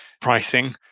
pricing